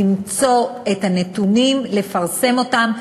למצוא את הנתונים, לפרסם אותם.